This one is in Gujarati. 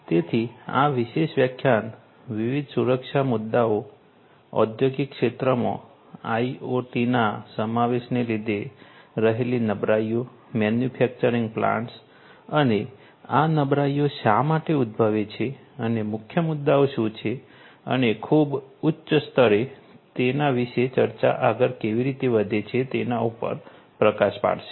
તેથી આ વિશેષ વ્યાખ્યાન વિવિધ સુરક્ષા મુદ્દાઓ ઔદ્યોગિક ક્ષેત્રમાં આઇઓટીના સમાવેશને લીધે રહેલી નબળાઈઓ મેન્યુફેક્ચરિંગ પ્લાન્ટ્સ અને આ નબળાઈઓ શા માટે ઉદ્ભવે છે અને મુખ્ય મુદ્દાઓ શુ છે અને ખૂબ ઉચ્ચ સ્તરે તેના વિશે ચર્ચાઓ આગળ કેવી રીતે વધે છે એના ઉપર પ્રકાશ પાડશે